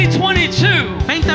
2022